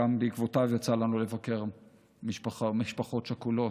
שגם בעקבותיו יצא לנו לבקר משפחות שכולות.